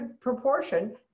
proportion